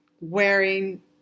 wearing